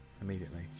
immediately